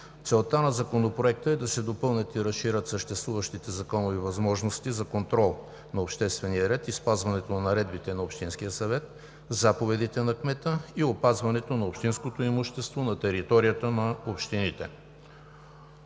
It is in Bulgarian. Целта на Законопроекта е да се допълнят и разширят съществуващите законови възможности за контрол на обществения ред и спазването на наредбите на общинския съвет, заповедите на кмета и опазването на общинското имущество на територията на общините.